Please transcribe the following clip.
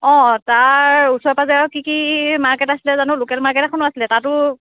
অঁ তাৰ ওচৰে পাজৰে কি কি মাৰ্কেট আছিলে জানো লোকেল মাৰ্কেট এখনো আছিলে তাতো